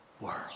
World